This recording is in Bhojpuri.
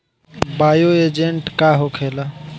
बायो एजेंट का होखेला?